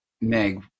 Meg